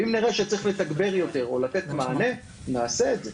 ואם נראה שצריך לתגבר יותר או לתת עוד מענה נעשה את זה.